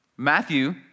Matthew